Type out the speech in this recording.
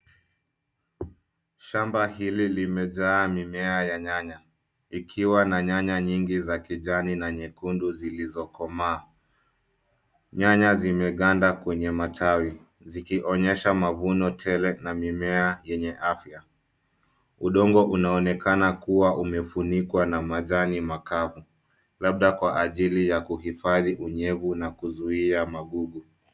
Shamba hili limejaa mimea ya nyanya, ikiwa na nyanya nyingi za kijani na nyekundu zilizokomaa. Nyanya zimeganda kwenye matawi zikionyesha mavuno tele na mimea yenye afya. Udongo unaonekana kuwa umefunikwa na majani makavu labda kwa ajili ya kuhifadhi unyevu na kuzuia magugu.